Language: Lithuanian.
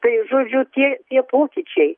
tai žodžiu tie tie pokyčiai